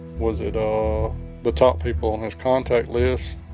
was it the top people on his contact list?